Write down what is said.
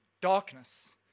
Darkness